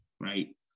right